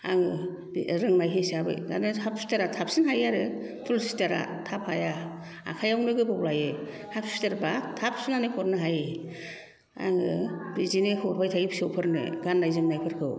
आङो रोंनाय हिसाबै दाना हाफ सुइथारा थाबसिन हायो आरो फुल सुइथारा थाब हाया आखायावनो गोबाव लायो हाफ सुइथारबा थाब सुनानै हरनो हायो आङो बिदिनो हरबाय थायो फिसौफोरनो गाननाय जोमनायफोरखौ